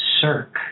circ